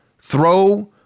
throw